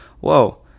whoa